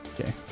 okay